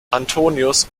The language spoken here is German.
antonius